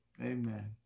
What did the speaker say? Amen